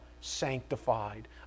sanctified